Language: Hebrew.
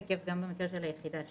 תקף גם במקרה של היחידה שלי.